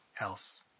else